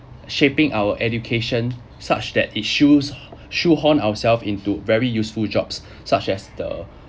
shaping our education such that it shoes~ it shoehorn ourselves into very useful jobs such as the